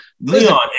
Leon